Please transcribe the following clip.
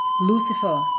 Lucifer